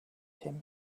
him